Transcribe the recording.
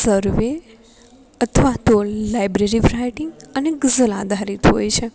સર્વે અથવા તો લાઇબ્રેરી ફ્રાઇટિંગ અને ગઝલ આધારીત હોય છે